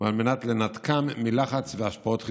ועל מנת לנתקם מלחץ והשפעות חיצוניות.